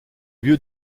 lieu